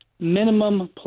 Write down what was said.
minimum